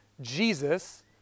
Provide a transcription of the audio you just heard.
jesus